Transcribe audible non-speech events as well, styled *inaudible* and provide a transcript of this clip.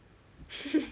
*laughs*